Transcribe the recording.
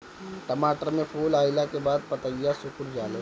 टमाटर में फूल अईला के बाद पतईया सुकुर जाले?